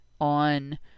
on